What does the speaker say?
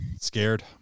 Scared